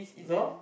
no